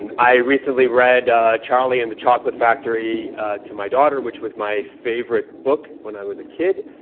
and i recently read charlie and the chocolate factory to my daughter, which was my favorite book when i was a kid,